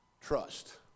trust